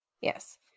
yes